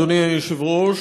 אדוני היושב-ראש,